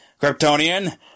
Kryptonian